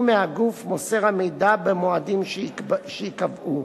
מהגוף מוסר המידע במועדים שייקבעו,